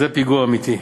זה פיגוע אמיתי.